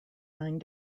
nine